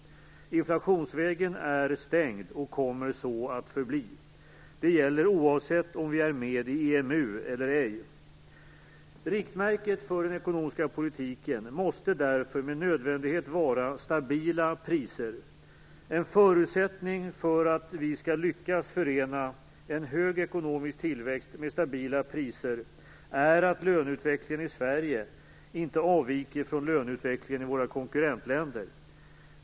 Inflationsvägen är stängd och kommer så att förbli. Det gäller oavsett om vi är med i EMU eller ej. Riktmärket för den ekonomiska politiken måste därför med nödvändighet vara stabila priser. En förutsättning för att vi skall lyckas förena en hög ekonomisk tillväxt med stabila priser är att löneutvecklingen i Sverige inte avviker från löneutvecklingen i våra konkurrentländer.